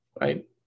right